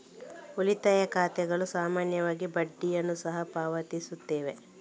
ಉಳಿತಾಯ ಖಾತೆಗಳು ಸಾಮಾನ್ಯವಾಗಿ ಬಡ್ಡಿಯನ್ನು ಸಹ ಪಾವತಿಸುತ್ತವೆ